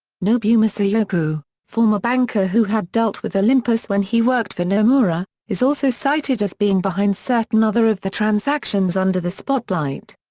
nobumasa yokoo, former banker who had dealt with olympus when he worked for nomura, is also cited as being behind certain other of the transactions under the spotlight.